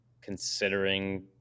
considering